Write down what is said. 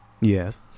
Yes